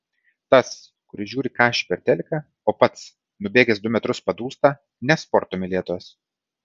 tas kuris žiūri kašį per teliką o pats nubėgęs du metrus padūsta ne sporto mylėtojas